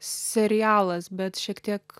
serialas bet šiek tiek